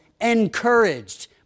encouraged